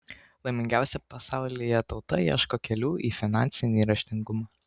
laimingiausia pasaulyje tauta ieško kelių į finansinį raštingumą